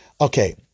Okay